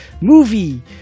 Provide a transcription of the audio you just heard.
movie